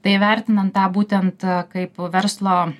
tai vertinant tą būtent kaip verslo